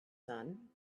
son